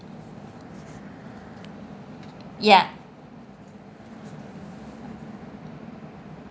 ya